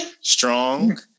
strong